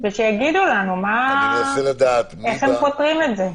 ושיגידו לנו איך הם פותרים את זה.